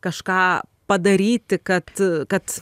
kažką padaryti kad kad